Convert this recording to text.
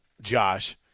Josh